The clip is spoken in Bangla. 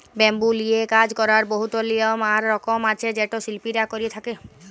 ব্যাম্বু লিয়ে কাজ ক্যরার বহুত লিয়ম আর রকম আছে যেট শিল্পীরা ক্যরে থ্যকে